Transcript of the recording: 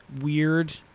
weird